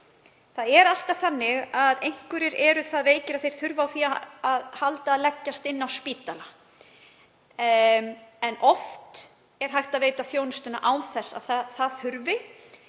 Það er alltaf þannig að einhverjir eru það veikir að þeir þurfa á því að halda að leggjast inn á spítala en oft er hægt að veita þjónustuna án þess að það þurfi